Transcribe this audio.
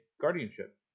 guardianship